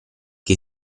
che